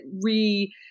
re-